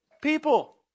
People